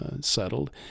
settled